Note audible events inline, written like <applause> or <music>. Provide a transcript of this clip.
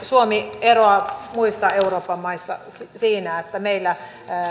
<unintelligible> suomi eroaa muista euroopan maista siinä että meillä